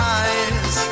eyes